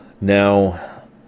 Now